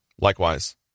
Likewise